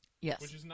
Yes